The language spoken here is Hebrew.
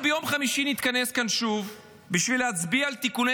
ביום חמישי נתכנס כאן שוב בשביל להצביע על תיקוני